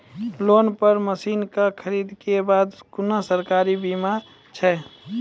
Loan पर मसीनऽक खरीद के बाद कुनू सरकारी बीमा छै?